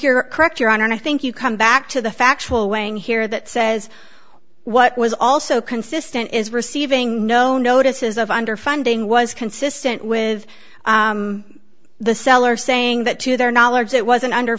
you're correct your honor and i think you come back to the factual way in here that says what was also consistent is receiving no notices of underfunding was consistent with the seller saying that to their knowledge it wasn't under